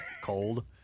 Cold